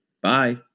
Bye